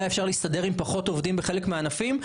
אפשר להסתדר עם פחות עובדים בחלק מהענפים,